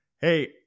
Hey